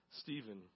Stephen